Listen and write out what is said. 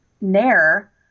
Nair